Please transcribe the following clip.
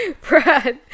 Brad